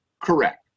Correct